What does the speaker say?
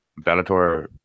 Bellator